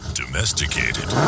domesticated